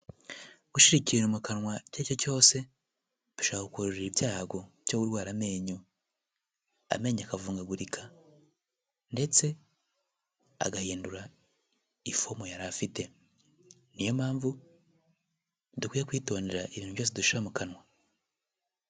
Gushyira ikintu mu kanwa icyo aricyo cyose bishobora kugukururira ibyago byo kurwara amenyo akavungagurika ndetse agahindura ifomo yarafite niyo mpamvu dukwiye kwitondera ibintu byose dushyira mu kanwa.